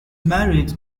married